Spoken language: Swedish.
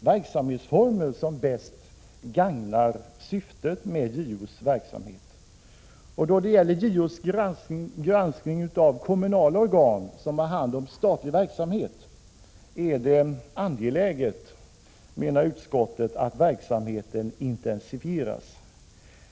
verksamhetsformer som bäst gagnar syftet med JO:s verksamhet. Då det gäller JO:s granskning av kommunala organ som har hand om statlig verksamhet är det angeläget, framhåller utskottet, att verksamheten intensifieras.